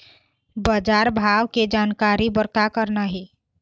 बजार भाव के जानकारी बर का करना हे?